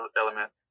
element